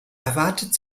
erwartet